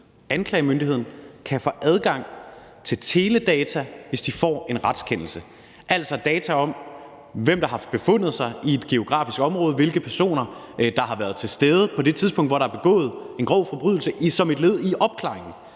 anklagemyndigheden kan få adgang til teledata, hvis de får en retskendelse, altså data om, hvem der har befundet sig i et geografisk område, hvilke personer der har været til stede på det tidspunkt, hvor der er begået en grov forbrydelse, som et led i opklaringen